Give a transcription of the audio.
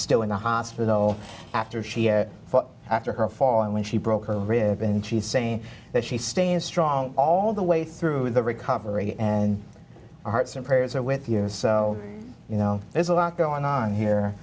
still in the hospital after she fell after her fall and when she broke her rib and she's saying that she's staying strong all the way through the recovery and our hearts and prayers are with us so you know there's a lot going on here